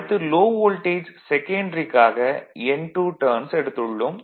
அடுத்து low voltage செகன்டரிக்காக N2 turns எடுத்துள்ளோம்